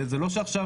זה לא שעכשיו,